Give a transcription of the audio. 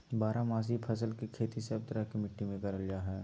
बारहमासी फसल के खेती सब तरह के मिट्टी मे करल जा हय